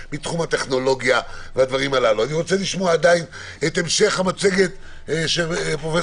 בוודאי לא תחבורה ציבורית וגם בתי תפילה